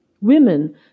Women